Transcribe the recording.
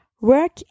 Work